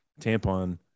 tampon